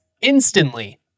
instantly